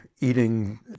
eating